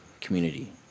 community